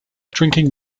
drinking